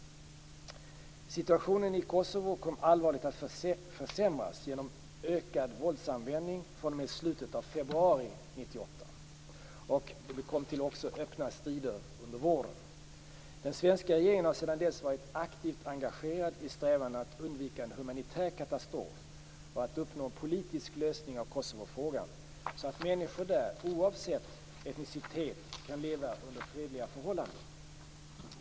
Situationen i Kosovo kom allvarligt att försämras genom ökad våldsanvändning fr.o.m. slutet av februari 1998 och öppna strider under våren. Den svenska regeringen har sedan dess varit aktivt engagerad i strävandena att undvika en humanitär katastrof och att uppnå en politisk lösning av Kosovofrågan så att människorna där oavsett etnicitet kan leva under fredliga förhållanden.